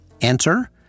Enter